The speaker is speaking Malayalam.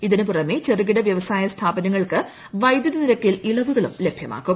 ഇതിനുപുറമെ ചെറുകിട വൃവസായ സ്ഥാപനങ്ങൾക്ക് വൈദ്യുതി നിരക്കിൽ ഇളവുകളും ലഭ്യമാക്കും